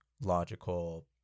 logical